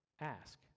Ask